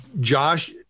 Josh